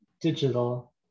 digital